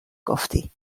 گفتی